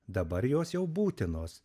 dabar jos jau būtinos